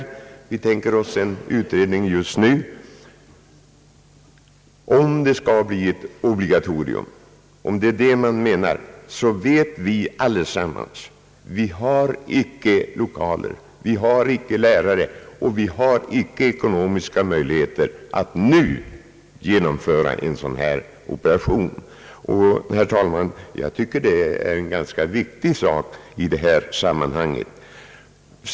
Om vi tänker oss en utredning just nu och om man då menar att det skall bli ett obligatorium, så vet vi allesammans att vi icke har lokaler, att vi icke har lärare och vi icke har ekonomiska möjligheter att nu genomföra en sådan operation. Och detta, herr talman, tycker jag är viktigt i detta sammanhang.